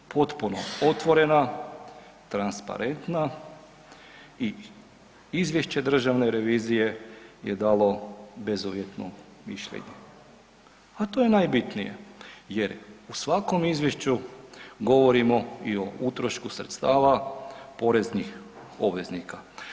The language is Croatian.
Potpuno otvorena, transparentna i izvješće državne revizije je dalo bezuvjetno mišljenje, a to je najbitnije jer u svakom izvješću govorimo i o utrošku sredstava poreznih obveznika.